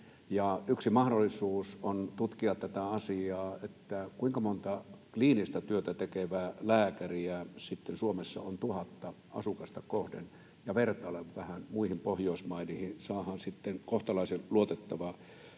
yksi mahdollisuus on tutkia tätä asiaa, kuinka monta kliinistä työtä tekevää lääkäriä sitten Suomessa on tuhatta asukasta kohden ja vertailla vähän muihin Pohjoismaihin, niin että saadaan sitten kohtalaisen luotettava